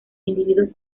individuos